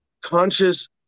conscious